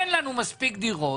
אין לנו מספיק דירות